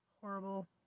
horrible